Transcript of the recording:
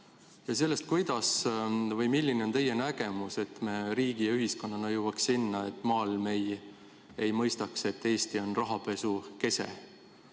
ja sellest, milline on teie nägemus, kuidas me riigi ja ühiskonnana jõuaks sinna, et maailm ei mõistaks nii, et Eesti on rahapesu kese.